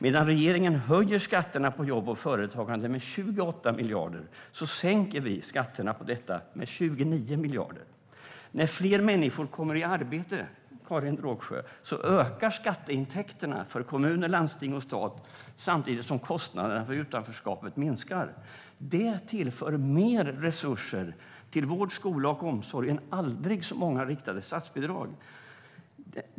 Medan regeringen höjer skatterna på jobb och företagande med 28 miljarder sänker vi skatterna på detta med 29 miljarder. När fler människor kommer i arbete, Karin Rågsjö, ökar skatteintäkterna för kommuner, landsting och stat, samtidigt som kostnaderna för utanförskapet minskar. Det tillför mer resurser till vård, skola och omsorg än aldrig så många riktade statsbidrag.